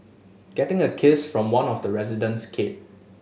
getting a kiss from one of the resident's kid